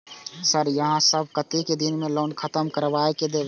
Sir यहाँ सब कतेक दिन में लोन खत्म करबाए देबे?